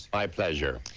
my pleasure.